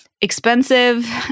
expensive